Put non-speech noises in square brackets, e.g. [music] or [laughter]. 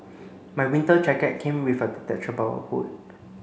[noise] my winter jacket came with a detachable hood